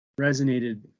resonated